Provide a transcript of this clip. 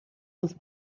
was